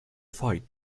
fight